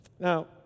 Now